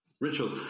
Rituals